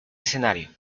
escenario